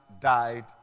died